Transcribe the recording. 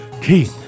king